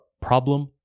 problem